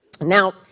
Now